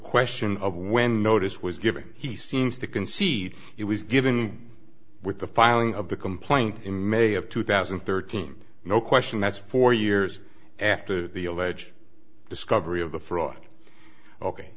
question of when notice was given he seems to concede it was given with the filing of the complaint in may of two thousand and thirteen no question that's four years after the alleged discovery of the fraud ok